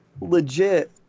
legit